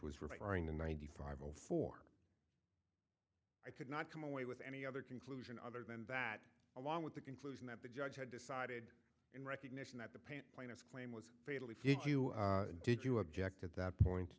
was referring to ninety five zero four i could not come away with any other conclusion other than that along with the conclusion that the judge had decided in recognition that the paint plaintiff's claim was fatally flawed you did you object at that point